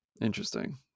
Interesting